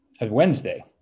Wednesday